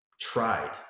tried